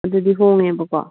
ꯑꯗꯨꯗꯤ ꯍꯣꯡꯉꯦꯕꯀꯣ